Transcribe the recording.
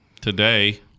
Today